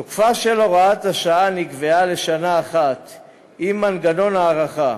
תוקפה של הוראת השעה נקבע לשנה אחת עם מנגנון הארכה.